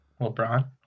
LeBron